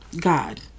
God